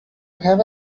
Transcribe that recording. have